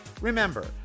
remember